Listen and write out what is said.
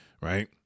right